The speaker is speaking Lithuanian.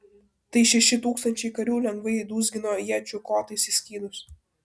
tai šeši tūkstančiai karių lengvai dūzgino iečių kotais į skydus